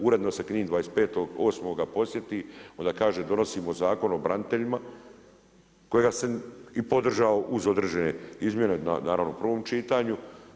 Uredno se Knin 25. 8. posjeti onda kaže donosimo Zakon o braniteljima kojega sam i podržao uz određene izmjene, naravno u prvom čitanju.